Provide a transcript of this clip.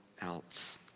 else